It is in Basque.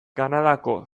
kanadako